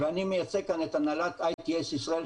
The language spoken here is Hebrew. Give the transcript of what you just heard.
ואני מייצג כאן את הנהלת ITS ישראל,